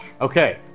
Okay